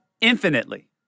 infinitely